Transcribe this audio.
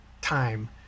time